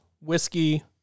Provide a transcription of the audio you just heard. whiskey